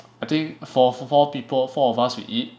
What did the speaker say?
I think for for four people four of us we eat